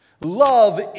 Love